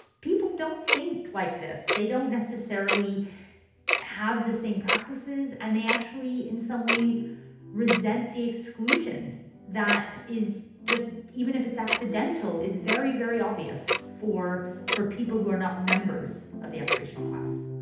people don't think like this. they don't necessarily have the same practices, and they actually in some ways resent the exclusion that is just even if it's accidental is very, very obvious for for people who are not members of the aspirational class